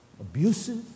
abusive